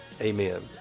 Amen